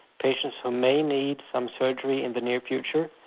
patients who may need some surgery in the near future,